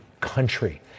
country